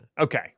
Okay